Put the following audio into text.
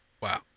Wow